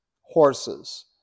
horses